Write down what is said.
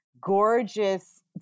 gorgeous